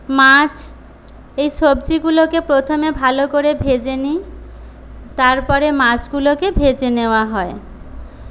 মাছ এই সবজিগুলোকে প্রথমে ভালো করে ভেজে নিই তারপরে মাছগুলোকে ভেজে নেওয়া হয়